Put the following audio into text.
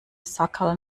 sackerl